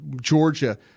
Georgia